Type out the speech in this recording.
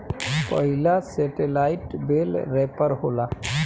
पहिला सेटेलाईट बेल रैपर होला